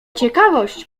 ciekawość